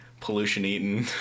pollution-eating